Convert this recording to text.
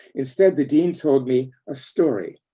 instead, the dean told me a story.